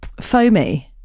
foamy